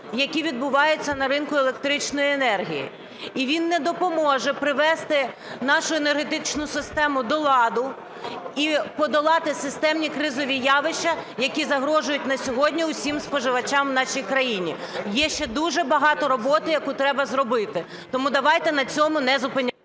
які відбуваються на ринку електричної енергії. І він не допоможе привести нашу енергетичну систему до ладу і подолати системні кризові явища, які загрожують на сьогодні усім споживачам в нашій країні. Є ще дуже багато роботи, яку треба зробити, тому давайте на цьому не зупинятися.